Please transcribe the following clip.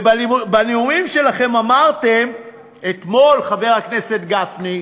ובנאומים שלכם אמרתם אתמול, חבר הכנסת גפני,